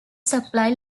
supply